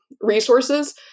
resources